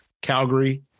Calgary